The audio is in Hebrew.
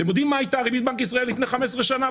אתם יודעים מה הייתה ריבית בנק ישראל לפני 15 שנה?